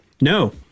No